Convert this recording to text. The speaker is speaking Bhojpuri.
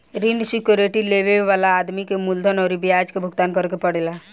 ऋण सिक्योरिटी लेबे वाला आदमी के मूलधन अउरी ब्याज के भुगतान करे के पड़ेला